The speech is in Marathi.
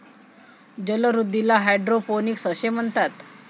जलवृद्धीला हायड्रोपोनिक्स असे म्हणतात